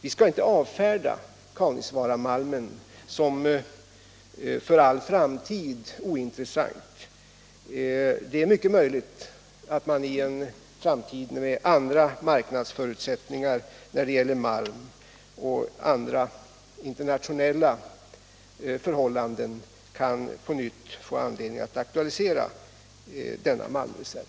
Vi skall inte Tisdagen den avfärda Kaunisvaaramalmen som för all framtid ointressant. Det är myck 1 mars 1977 et möjligt att vi i framtiden, med andra marknadsförutsättningar förmalm— och andra internationella förhållanden, på nytt kan få anledning att ak Om utbyggnaden av tualisera den malmreserven.